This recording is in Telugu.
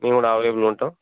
మేము గూడా అవలేబులుగుంటాం